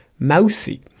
mousy